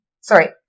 Sorry